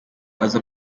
aza